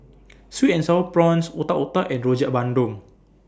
Sweet and Sour Prawns Otak Otak and Rojak Bandung